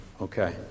okay